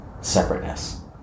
separateness